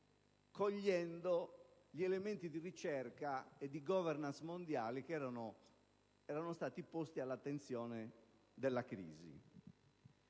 cogliendo gli elementi di ricerca e di *governance* mondiale che erano stati posti all'attenzione della crisi.